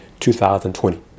2020